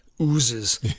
oozes